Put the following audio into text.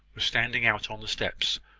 was standing out on the steps,